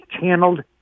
channeled